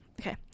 Okay